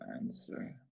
answer